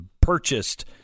purchased